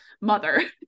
mother